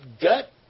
gut